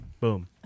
Boom